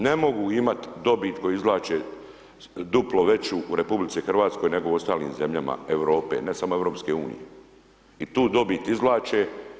Ne mogu imati dobit koju izvlače duplo veću u RH nego u ostalim zemljama Europe, ne samo EU i tu dobit izvlače.